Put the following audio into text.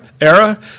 era